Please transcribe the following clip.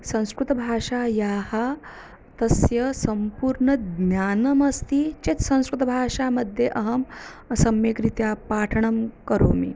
संस्कृतभाषायाः तस्य सम्पूर्णज्ञानम् अस्ति चेत् संस्कृतभाषा मध्ये अहं सम्यक्रीत्या पाठनं करोमि